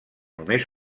només